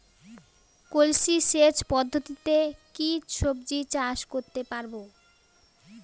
কলসি সেচ পদ্ধতিতে কি সবজি চাষ করতে পারব?